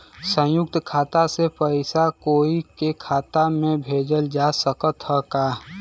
संयुक्त खाता से पयिसा कोई के खाता में भेजल जा सकत ह का?